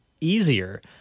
easier